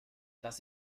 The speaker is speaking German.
das